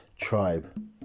tribe